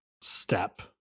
step